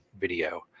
video